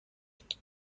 اینجا